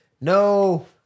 no